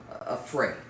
Afraid